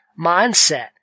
mindset